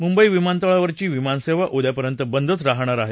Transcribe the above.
मुंबई विमानतळावरची विमानसेवा उद्यापर्यंत बंदच राहणार आहे